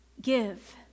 give